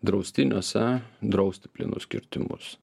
draustiniuose drausti plynus kirtimus